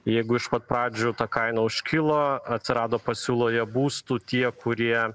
jeigu iš pat pradžių ta kaina užkilo atsirado pasiūloje būstų tie kurie